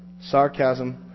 Sarcasm